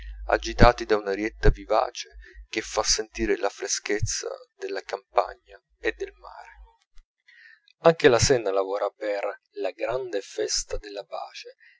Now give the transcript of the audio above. agitati da un'arietta vivace che fa sentire la freschezza della campagna e del mare anche la senna lavora per la gran festa della pace